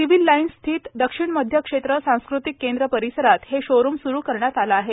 civil लाईन्सस्थित दक्षिण मध्य क्षेत्र सांस्कृतिक केंद्र परिसरात हे शोरूम सुरू करण्यात आले आहे